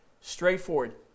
Straightforward